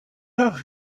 have